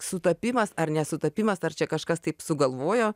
sutapimas ar ne sutapimas ar čia kažkas taip sugalvojo